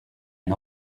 and